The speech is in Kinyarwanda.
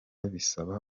bisaba